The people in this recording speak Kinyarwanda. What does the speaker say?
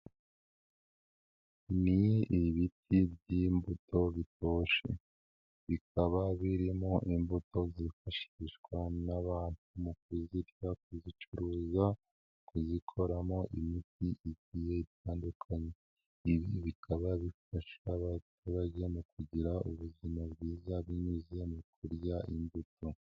Ni ibiti by'imbuto bitoshe bikaba birimo imbuto zifashishwa n'abantu mu kuzirya, kuzicuruza, kuzikoramo imiti igize itandukanye. Ibi bikaba bifasha abaturage mu kugira ubuzima bwiza binyuze mu kurya imbuto.